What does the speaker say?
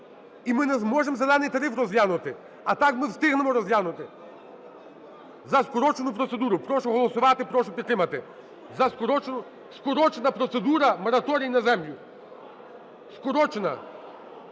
і ми не зможемо "зелений" тариф розглянути, а так ми встигнемо розглянути. За скорочену процедуру, прошу голосувати, прошу підтримати. За скорочену, скорочена процедура – мораторій на землю, скорочена.